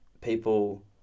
people